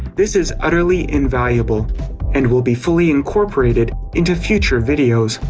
this is utterly invaluable and will be fully incorporated into future videos.